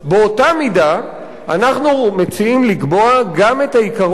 באותה מידה אנחנו מציעים לקבוע גם את העיקרון